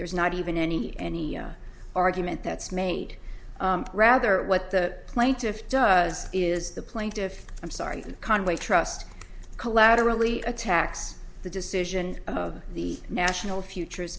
there's not even any any argument that's made rather what the plaintiff does is the plaintiff i'm sorry conway trust collaterally attacks the decision of the national futures